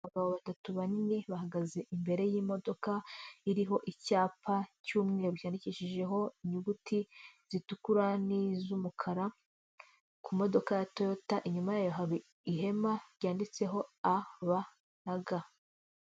Abagabo batatu banini bahagaze imbere y'imodoka iriho icyapa cy'umweru yandikishijeho inyuguti zitukura ni z'umukara, kumodoka ya toyota inyuma yayo hari ihema ryanditseho a, b na g.